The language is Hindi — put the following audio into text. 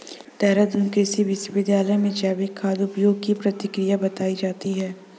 देहरादून कृषि विश्वविद्यालय में जैविक खाद उपयोग की प्रक्रिया बताई जाती है